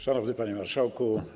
Szanowny Panie Marszałku!